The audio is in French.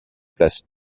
place